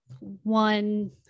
one